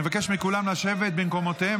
אני אבקש מכולם לשבת במקומותיהם.